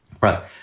Right